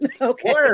Okay